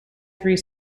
three